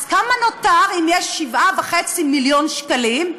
אז כמה נותר, אם יש 7.5 מיליון שקלים?